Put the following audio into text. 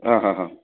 हां हां हां